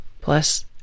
plus